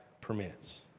permits